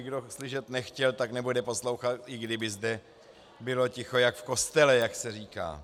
Kdo slyšet nechtěl, tak nebude poslouchat, i kdyby zde bylo ticho jako v kostele, jak se říká.